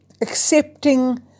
accepting